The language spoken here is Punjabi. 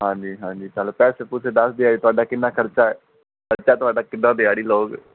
ਹਾਂਜੀ ਹਾਂਜੀ ਚਲ ਪੈਸੇ ਪੂਸੇ ਦੱਸ ਦਿਓ ਜੀ ਤੁਹਾਡਾ ਕਿੰਨਾ ਖਰਚਾ ਖਰਚਾ ਤੁਹਾਡਾ ਕਿੱਦਾਂ ਦਿਹਾੜੀ ਲਓਗੇ